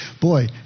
boy